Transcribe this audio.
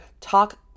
talk